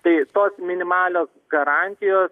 tai tos minimalios garantijos